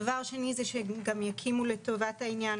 הדבר השני זה שהם גם יקימו לטובת העניין